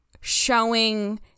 showing